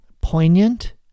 Poignant